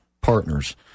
partners